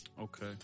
okay